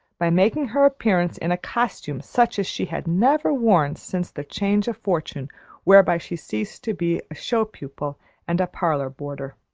by making her appearance in a costume such as she had never worn since the change of fortune whereby she ceased to be a show-pupil and a parlor-boarder.